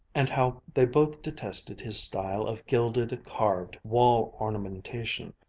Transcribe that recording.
and how they both detested his style of gilded, carved wall ornamentation,